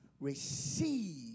receive